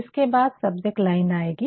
उसके बाद subject line आएगी